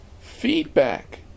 Feedback